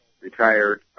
retired